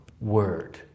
word